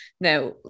now